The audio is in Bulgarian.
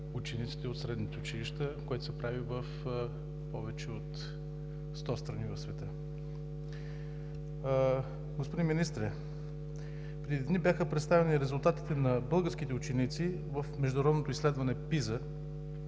учениците от средните училища, който се прави в повече от 100 страни в света. Господин Министър, преди дни бяха представени резултатите на българските ученици в международното изследване PISA